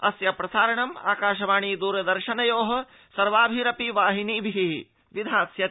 अस्य प्रसारणम् आकाशवाणी द्रदर्शनयोः सर्वाभिरपि वाहिनीभिः विधास्यते